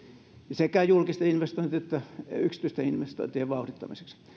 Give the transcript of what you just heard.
sekä julkisten investointien että yksityisten investointien vauhdittamiseksi